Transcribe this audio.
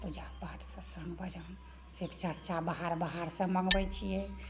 पूजा पाठ सत्सङ्ग भजन शिवचर्चा बाहर बाहरसँ मँगबैत छियै